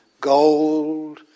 Gold